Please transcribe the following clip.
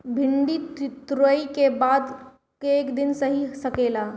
भिन्डी तुड़ायी के बाद क दिन रही सकेला?